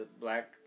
Black